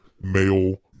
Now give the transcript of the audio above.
male